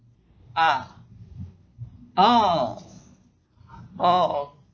ah oh oh oh oh